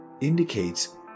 indicates